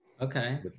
Okay